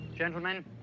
Gentlemen